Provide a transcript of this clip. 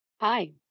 Hi